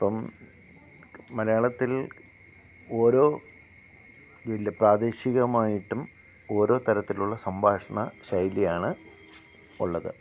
ഇപ്പം മലയാളത്തിൽ ഓരോ ഇല്ല പ്രാദേശികമായിട്ടും ഒരോ തരത്തിലുള്ള സംഭാഷണ ശൈലിയാണ് ഉള്ളത്